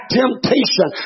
temptation